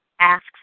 asks